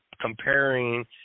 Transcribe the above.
comparing